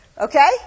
Okay